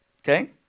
Okay